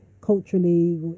culturally